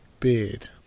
beard